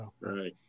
Right